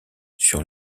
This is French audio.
sur